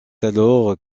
alors